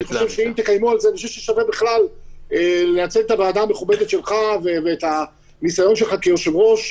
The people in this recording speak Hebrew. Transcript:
אני חושב ששווה לנצל את הוועדה המכובדת שלך ואת הניסיון שלך כיושב-ראש,